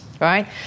Right